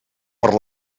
per